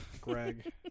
greg